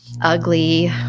ugly